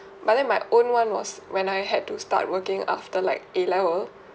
but then my own one was when I had to start working after like a level